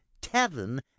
tavern